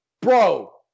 bro